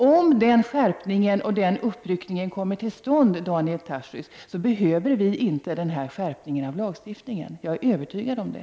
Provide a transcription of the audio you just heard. Om den skärpningen och uppryckningen kommer till stånd, Daniel Tarschys, behöver vi inte en skärpning av lagstiftningen. Jag är övertygad om det.